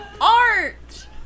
art